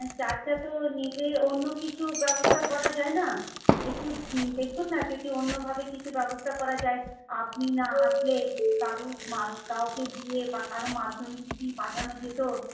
চালটা তো নেবে অন্য কিছু ব্যবস্থা করা যায় না একটু দেখুন না যদি অন্যভাবে কিছু ব্যবস্থা করা যায় আপনি না আসলে কারোর মা কাউকে দিয়ে কারোর মাধ্যমে যদি পাঠানো যেত